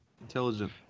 Intelligent